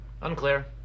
unclear